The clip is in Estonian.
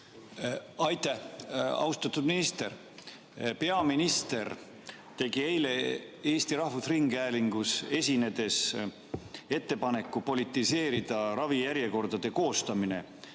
Aitäh! Austatud minister! Peaminister tegi eile Eesti Rahvusringhäälingus esinedes ettepaneku politiseerida ravijärjekordade koostamine